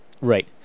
Right